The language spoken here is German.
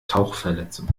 tauchverletzung